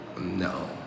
No